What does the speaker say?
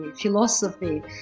philosophy